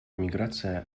миграция